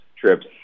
trips